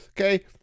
Okay